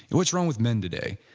what's wrong with men today?